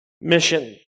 mission